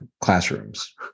classrooms